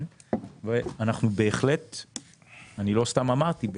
לא סתם אמרתי,